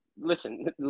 listen